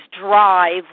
drive